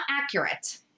accurate